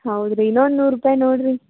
ಹೌದು ರೀ ಇನ್ನೊಂದು ನೂರು ರೂಪಾಯಿ ನೋಡಿರಿ